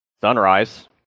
sunrise